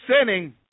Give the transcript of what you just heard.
sinning